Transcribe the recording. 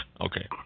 okay